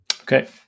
Okay